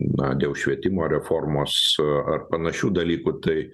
na dėl švietimo reformos ar panašių dalykų tai